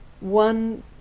One